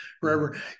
forever